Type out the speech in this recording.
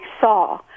saw